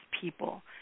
people